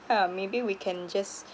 ha maybe we can just